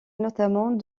notamment